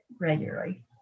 regularly